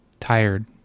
Tired